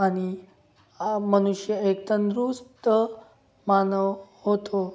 आणि मनुष्य एक तंदुरुस्त मानव होतो